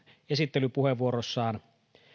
esittelypuheenvuorossaan